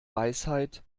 weisheit